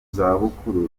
zabukuru